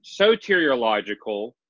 soteriological